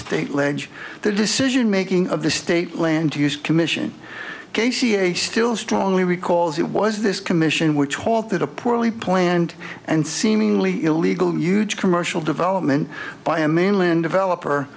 state ledge the decision making of the state land use commission k c a still strongly recalls it was this commission which halted a poorly planned and seemingly illegal huge commercial development by a mainland developer